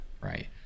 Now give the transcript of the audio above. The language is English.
right